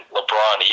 LeBron